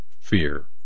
fear